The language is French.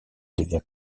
devient